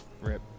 rip